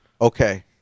okay